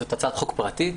זו הצעת חוק פרטית.